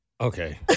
Okay